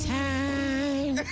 time